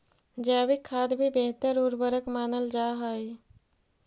जैविक खाद भी बेहतर उर्वरक मानल जा हई